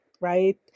right